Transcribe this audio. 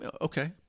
okay